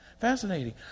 Fascinating